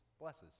blesses